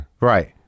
Right